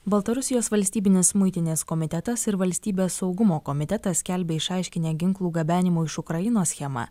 baltarusijos valstybinis muitinės komitetas ir valstybės saugumo komitetas skelbia išaiškinę ginklų gabenimo iš ukrainos schemą